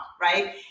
right